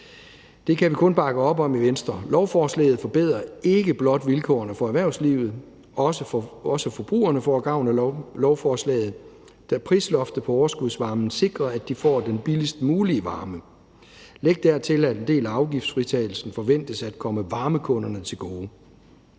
Det kan vi kun bakke op om i Venstre. Lovforslaget forbedrer ikke blot vilkårene for erhvervslivet, men også forbrugerne får gavn af lovforslaget, da prisloftet for overskudsvarmen sikrer, at de får den billigst mulige varme. Læg dertil, at en del af afgiftsfritagelsen forventes at komme varmekunderne til gode.